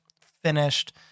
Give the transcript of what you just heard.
finished